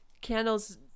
candles